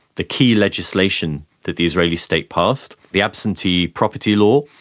the key legislation that the israeli state passed, the absentee property law,